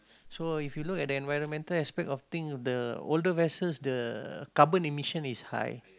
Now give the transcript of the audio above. so if you look at the environmental aspect of thing the older vessels the carbon emission is high